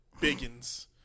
biggins